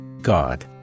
God